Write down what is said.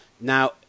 Now